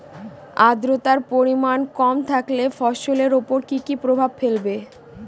আদ্রর্তার পরিমান কম থাকলে ফসলের উপর কি কি প্রভাব ফেলবে?